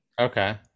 okay